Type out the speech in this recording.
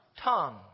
tongue